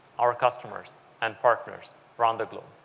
our customers and partners around the globe.